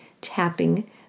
tapping